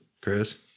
Chris